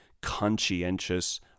conscientious